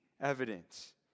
evidence